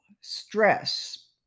stress